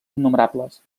innumerables